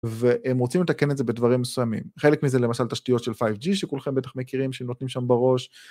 והם רוצים לתקן את זה בדברים מסוימים. חלק מזה למשל תשתיות של 5G שכולכם בטח מכירים, שנותנים שם בראש.